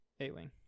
A-Wing